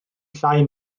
llai